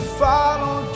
follow